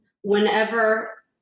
whenever